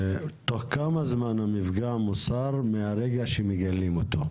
תוך כמה זמן המפגע מוסר מהרגע שמגלים אותו?